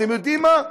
אתם יודעים מה,